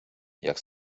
jak